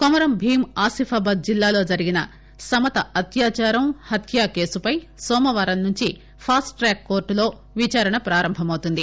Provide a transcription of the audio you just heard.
కోమురం భీమ్ ఆసిఫాబాద్ జిల్లాలో జరిగిన సమత అత్యాచారం హత్య కేసుపై నోమవారం నుంచి ఫాస్ట్ ట్రాక్ కోర్టులో విచారణ ప్రారంభమవుతుంది